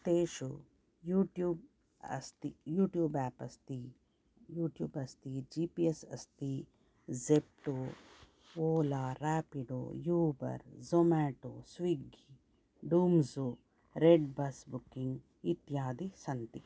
तेषु यूटूब् अस्ति YouTube app अस्ति यूटूब् अस्ति जि पि एस् अस्ति ज़ेप्टो ओला रापिडो ऊबर् ज़ोम्याटो स्विग्गि डोङ्ग्ज़ो रेड्बस् बुकिङ्ग् इत्यादि सन्ति